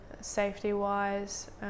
safety-wise